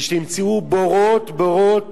ושנמצאו בורות-בורות